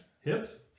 Hits